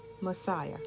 Messiah